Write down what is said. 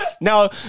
Now